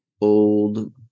old